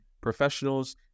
professionals